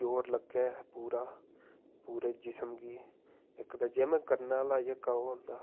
जोर लग्गै पूरा पूरे जिस्म गी इक ते जिम करने आह्ला जेह्का होंदा